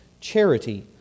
charity